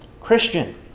Christian